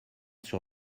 sur